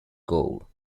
goal